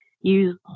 use